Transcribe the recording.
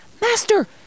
Master